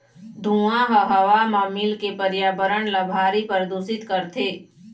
धुंआ ह हवा म मिलके परयाबरन ल भारी परदूसित करथे